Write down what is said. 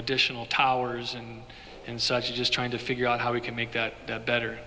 additional towers and such just trying to figure out how we can make that better